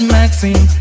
Maxine